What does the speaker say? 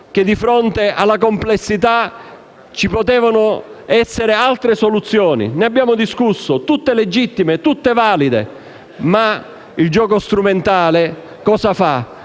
che, di fronte alla complessità, ci potevano essere altre soluzioni. Le abbiamo discusse ed erano tutte legittime e valide, ma, con un gioco strumentale cosa si